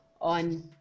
on